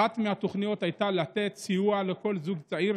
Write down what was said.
אחת מהתוכניות הייתה לתת סיוע לכל זוג צעיר,